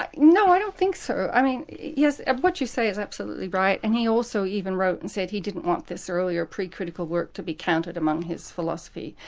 no, i don't think so. i mean yes, what you say is absolutely right, and he also even wrote and said he didn't want this earlier pre-critical work to be counted among his philosophy.